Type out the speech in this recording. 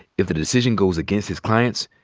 if the decision goes against his clients,